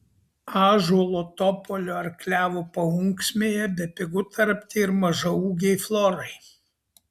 ąžuolo topolio ar klevo paunksmėje bepigu tarpti ir mažaūgei florai